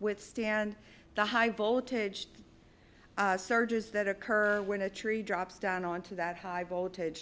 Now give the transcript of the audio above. withstand the high voltage surges that occur when a tree drops down onto that high voltage